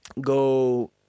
go